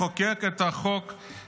לחוקק את חוק-היסוד,